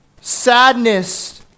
sadness